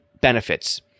benefits